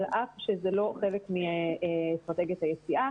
על אף שזה לא חלק מאסטרטגיית היציאה